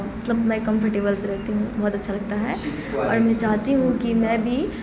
مطلب میں کمفرٹیبل سے رہتی ہوں بہت اچھا لگتا ہے اور میں چاہتی ہوں کہ میں بھی